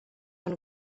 pel